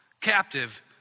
captive